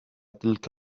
تلك